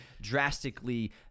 drastically